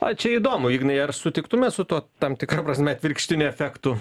a čia įdomu ignai ar sutiktumėt su tuo tam tikra prasme atvirkštiniu efektu